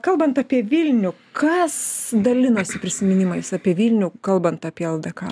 kalbant apie vilnių kas dalinosi prisiminimais apie vilnių kalbant apie ldk